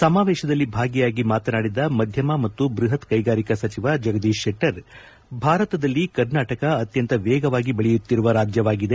ಸಮಾವೇಶದಲ್ಲಿ ಭಾಗಿಯಾಗಿ ಮಾತನಾಡಿದ ಮಧ್ಯಮ ಮತ್ತು ಬೃಹತ್ ಕೈಗಾರಿಕಾ ಸಚಿವ ಜಗದೀಶ್ ಶೆಟ್ಟರ್ ಭಾರತದಲ್ಲಿ ಕರ್ನಾಟಕ ಆತ್ಯಂತ ವೇಗವಾಗಿ ಬೆಳೆಯುತ್ತಿರುವ ರಾಜ್ಯವಾಗಿದೆ